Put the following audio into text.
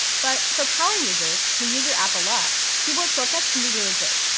but for power users, who use your app a lot, keyboard shortcuts can be really great.